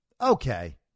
okay